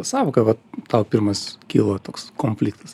sąvoką va tau pirmas kilo toks konfliktas